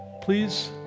Please